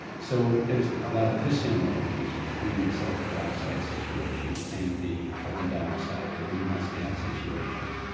so there's a lot of dissimilarities between the sulphur dioxide situation and the carbon dioxide or greenhouse gas situation.